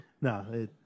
No